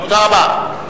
תודה רבה.